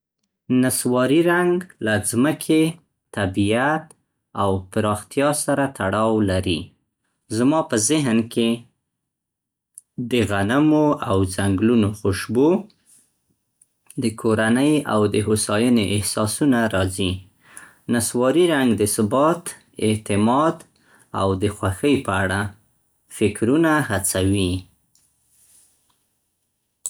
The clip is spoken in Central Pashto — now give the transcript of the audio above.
نصواري رنګ له ځمکې، طبیعت او پراختیا سره تړاو لري. زما په ذهن کې د غنمو او ځنګلونو خوشبو، د کورنۍ او د هوسایني احساسونه راځي. نصواري رنګ د ثبات، اعتماد او د خوښۍ په اړه فکرونه هڅوي.